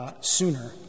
sooner